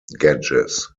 gadgets